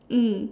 mm